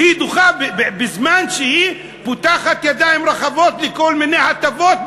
היא דוחה בזמן שהיא פותחת ידיים רחבות בכל מיני הטבות,